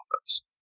Office